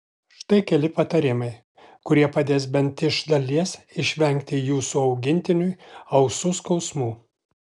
štai keli patarimai kurie padės bent iš dalies išvengti jūsų augintiniui ausų skausmų